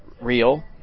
real